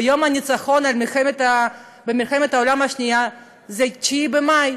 ויום הניצחון במלחמת העולם השנייה הוא 9 במאי,